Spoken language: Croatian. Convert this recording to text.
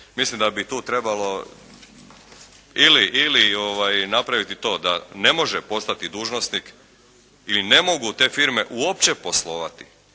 Mislim da bi tu trebalo ili napraviti to da ne može postati dužnosnik ili ne mogu te firme uopće poslovati